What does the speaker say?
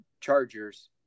Chargers